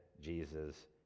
Jesus